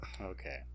Okay